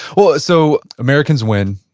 well, so americans win.